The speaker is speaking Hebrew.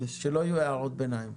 שלא יהיו הערות ביניים.